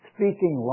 Speaking